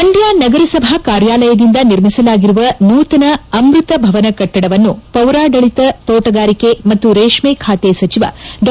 ಮಂಡ್ಹ ನಗರಸಭಾ ಕಾರ್ಯಾಲಯದಿಂದ ನಿರ್ಮಿಸಲಾಗಿರುವ ನೂತನ ಅಮೃತ ಭವನ ಕಟ್ಟಡವನ್ನು ಪೌರಾಡಳಿತ ತೋಟಗಾರಿಕೆ ಮತ್ತು ರೇಷ್ನ ಖಾತೆ ಸಚಿವ ಡಾ